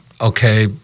okay